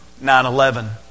9-11